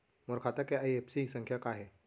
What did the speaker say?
मोर खाता के आई.एफ.एस.सी संख्या का हे?